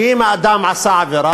כי אם האדם עשה עבירה,